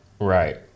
Right